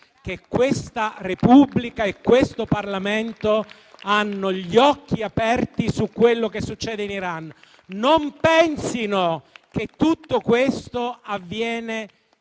che questa Repubblica e questo Parlamento hanno gli occhi aperti su quello che succede in Iran. Non pensino che tutto questo avvenga